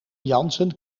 jansen